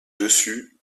dessus